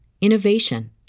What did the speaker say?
innovation